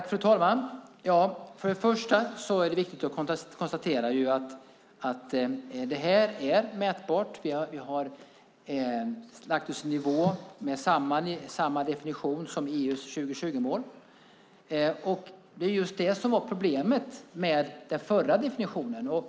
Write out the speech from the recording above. Fru talman! Först och främst är det viktigt att konstatera att det som här föreslås är mätbart. Vi har lagt oss på samma nivå som EU:s 2020-mål. Här kan vi se problemet med den förra definitionen.